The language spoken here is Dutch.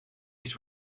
iets